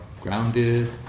grounded